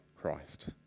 Christ